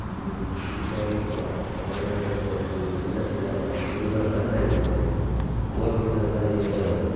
ನೀವು ಸುಸ್ತಾಗಿರ್ತೀರ ಹೊರಗಡೆಯಿಂದ ಬಂದಿರೋರು ನೀವು ಇವು ಊಟ ಸಿಗೋಲ್ಲ ದುರ್ಗ ಬಂದಾಗಿರುತ್ತೆ ಓಟ್ಲ್ ಇರೋಲ್ಲ ಏನಿರೋಲ್ಲ